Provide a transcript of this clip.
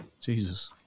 Jesus